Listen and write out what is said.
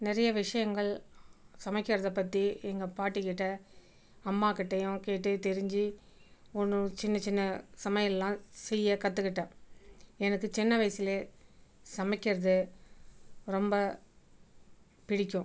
நிறைய விஷயங்கள் சமைக்கின்றத பற்றி எங்கள் பாட்டிக்கிட்ட அம்மாக்கிட்டேயும் கேட்டு தெரிஞ்சு ஒன்று சின்ன சின்ன சமையல்லாம் செய்ய கற்றுக்கிட்டேன் எனக்கு சின்ன வயசுலே சமைக்கின்றது ரொம்ப பிடிக்கும்